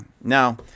Now